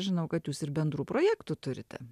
žinau kad jūs ir bendrų projektų turite